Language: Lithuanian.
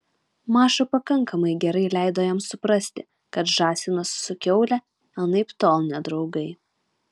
maša pakankamai gerai leido jam suprasti kad žąsinas su kiaule anaiptol ne draugai